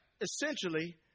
essentially